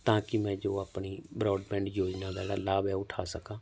ਤਾਂ ਕਿ ਮੈਂ ਜੋ ਆਪਣੀ ਬਰੋਡਬੈਂਡ ਯੋਜਨਾ ਦਾ ਜਿਹੜਾ ਲਾਭ ਹੈ ਉਹ ਉਠਾ ਸਕਾਂ